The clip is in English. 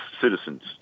citizens